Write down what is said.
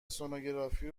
سنوگرافی